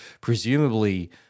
presumably